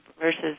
versus